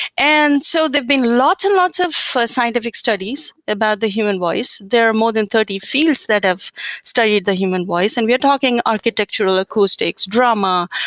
and so there've been lots and lots of scientific studies about the human voice. there are more than thirty fields that have studied the human voice, and we're talking architectural acoustics, drama,